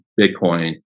Bitcoin